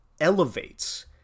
elevates